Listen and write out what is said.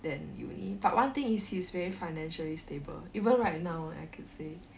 then uni but one thing is he's very financially stable even right now I could say